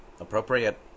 appropriate